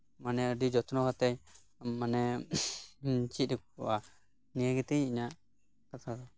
ᱢᱟᱱᱮ ᱟᱹᱰᱤ ᱡᱚᱛᱱᱚ ᱠᱟᱛᱮᱜ ᱢᱟᱱᱮ ᱪᱮᱫ ᱠᱚᱣᱟ ᱱᱤᱭᱟᱹ ᱜᱮᱛᱤᱧ ᱤᱧᱟᱹᱜ ᱠᱟᱛᱷᱟ ᱫᱚ